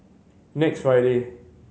next Friday